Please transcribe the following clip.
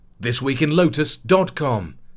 thisweekinlotus.com